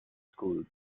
schools